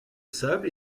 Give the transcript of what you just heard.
sable